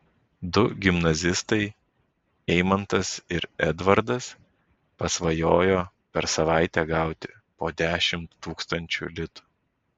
du gimnazistai eimantas ir edvardas pasvajojo per savaitę gauti po dešimt tūkstančių litų